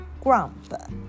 Grump